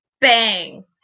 Bang